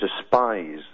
despise